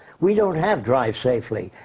we don't have drive safely.